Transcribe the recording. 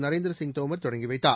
நரேந்திரசிங் தோமர் தொடங்கி வைத்தார்